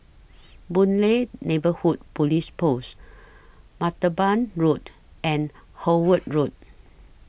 Boon Lay Neighbourhood Police Post Martaban Road and Howard Road